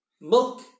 Milk